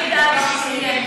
ואני אדאג שהיא תהיה משותפת,